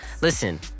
Listen